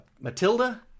Matilda